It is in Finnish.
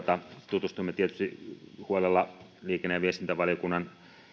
tutustumme tietysti huolella liikenne ja viestintävaliokunnan